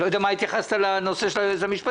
אני לא יודע למה התייחסת לנושא של היועצת המשפטית.